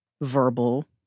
verbal